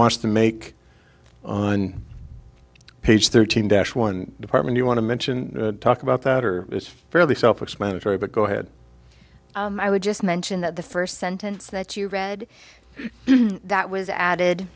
wants to make on page thirteen dash one department you want to mention talk about that are fairly self explanatory but go ahead i would just mention that the first sentence that you read that was added